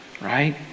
right